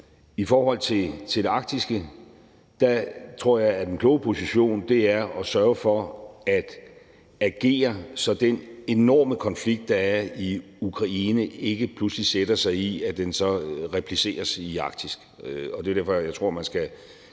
I forhold til det arktiske tror jeg, at den kloge position er at sørge for at agere, så den enorme konflikt, der er i Ukraine, ikke pludselig sætter sig og repeteres i Arktis. Og det er jo derfor, jeg tror, man skal